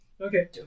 Okay